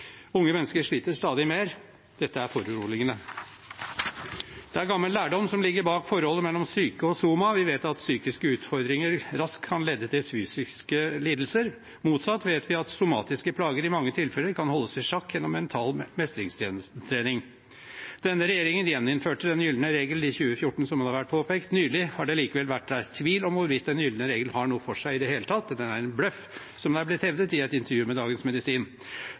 Unge mennesker sliter stadig mer. Dette er foruroligende. Det er gammel lærdom som ligger bak forholdet mellom psyke og soma. Vi vet at psykiske utfordringer raskt kan lede til fysiske lidelser. Motsatt vet vi at somatiske plager i mange tilfeller kan holdes i sjakk gjennom mental mestringstrening. Denne regjeringen gjeninnførte den gylne regel i 2014, som det har vært påpekt. Nylig har det likevel vært reist tvil om hvorvidt den gylne regel har noe for seg i det hele tatt – den er en bløff, er det blitt hevdet i et intervju med Dagens Medisin.